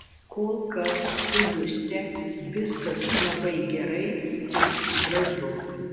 kol kas su juste viskas labai gerai ir gražu